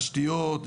תשתיות,